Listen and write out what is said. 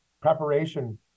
preparation